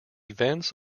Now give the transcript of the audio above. events